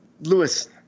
lewis